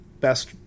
best